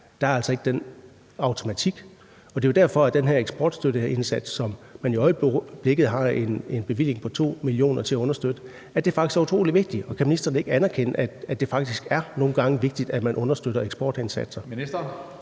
af økologiske varer. Det er jo derfor, at den her eksportstøtteindsats, som man i øjeblikket har en bevilling på 2 mio. kr. til at understøtte, faktisk er utrolig vigtig. Kan ministeren ikke anerkende, at det faktisk nogle gange er vigtigt, at man understøtter eksportindsatser?